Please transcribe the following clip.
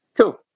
cool